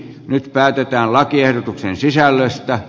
nyt päätetään lakiehdotuksen sisällöstä